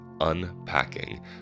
unpacking